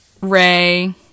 Ray